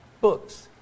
books